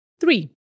three